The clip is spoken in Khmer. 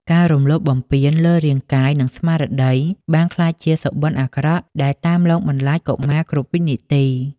ការរំលោភបំពានលើរាងកាយ និងស្មារតីបានក្លាយជាសុបិនអាក្រក់ដែលតាមលងបន្លាចកុមារគ្រប់វិនាទី។